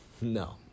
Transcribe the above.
No